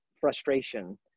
frustration